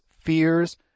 fears